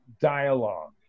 dialogue